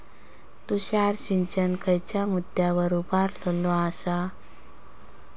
तुषार सिंचन खयच्या मुद्द्यांवर उभारलेलो आसा?